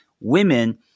women